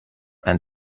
and